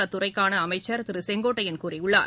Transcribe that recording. அத்துறைக்கான அமைச்சர் திரு செங்கோட்டையன் கூறியுள்ளார்